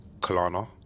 Kalana